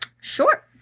Sure